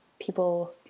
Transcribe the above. people